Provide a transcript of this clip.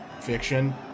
fiction